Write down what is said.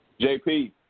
JP